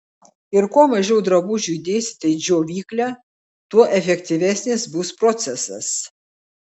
ir kuo mažiau drabužių įdėsite į džiovyklę tuo efektyvesnis bus procesas